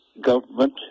government